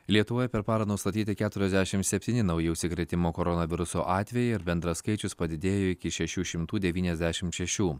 lietuvoje per parą nustatyti keturiasdešim septyni nauji užsikrėtimo koronavirusu atvejai ir bendras skaičius padidėjo iki šešių šimtų devyniasdešim šešių